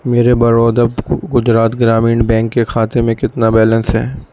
میرے برودا گجرات گرامین بینک کے کھاتے میں کتنا بیلنس ہے